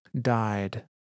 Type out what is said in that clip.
died